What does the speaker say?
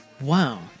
Wow